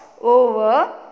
over